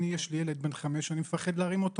יש לי ילד בן חמש שאני מפחד להרים אותו